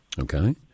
Okay